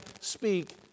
speak